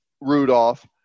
Rudolph